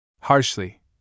Harshly